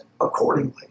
accordingly